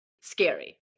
scary